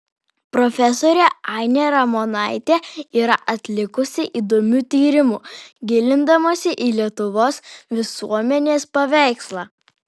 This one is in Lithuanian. profesorė ainė ramonaitė yra atlikusi įdomių tyrimų gilindamasi į lietuvos visuomenės paveikslą